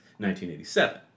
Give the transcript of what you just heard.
1987